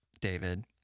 David